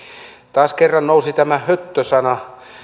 taas kerran nousi tämä höttö sana